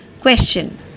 question